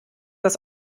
das